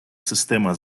система